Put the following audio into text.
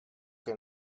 que